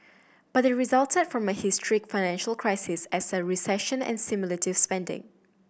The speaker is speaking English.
but they resulted from a historic financial crisis as a recession and stimulative spending